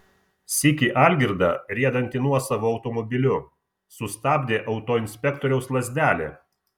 sykį algirdą riedantį nuosavu automobiliu sustabdė autoinspektoriaus lazdelė